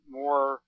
more